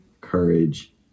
courage